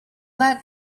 that